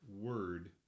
word